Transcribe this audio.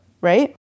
right